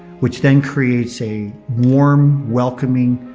which then creates a warm, welcoming,